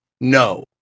No